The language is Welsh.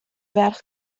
ferch